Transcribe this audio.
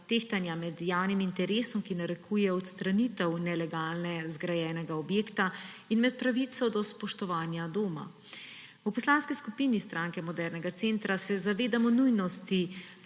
tehtanja med javnim interesom, ki narekuje odstranitev nelegalno zgrajenega objekta, in med pravico do spoštovanja doma. V Poslanski skupini Stranke modernega centra se zavedamo nujnosti